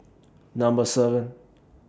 Number seven